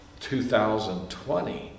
2020